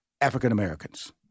African-Americans